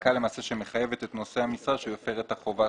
חזקה שלמעשה מחייבת את נושא המשרה שהוא הפר את החובה.